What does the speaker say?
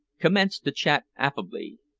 commenced to chat affably.